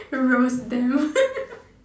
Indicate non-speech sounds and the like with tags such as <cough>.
you'll roast them <laughs>